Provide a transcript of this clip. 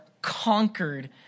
conquered